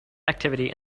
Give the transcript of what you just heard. activity